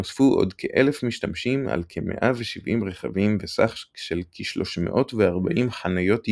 נוספו עוד כ-1,000 משתמשים על כ-170 רכבים וסך של כ-340 חניות ייעודיות.